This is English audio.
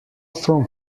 from